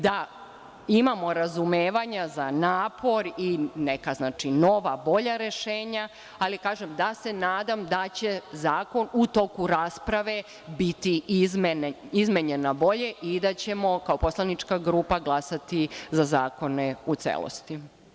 Da imamo razumevanje za napor i neka nova, bolja rešenja, ali kažem, nadam se da će zakon u toku rasprave biti izmenjen na bolje i da ćemo kao poslanička grupa glasati za zakone u celosti.